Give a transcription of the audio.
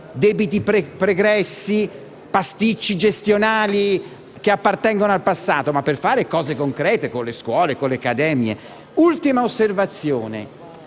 debiti pregressi, pasticci gestionali che appartengono al passato, ma per fare cose concrete con le scuole e con le accademie. Un'ultima osservazione.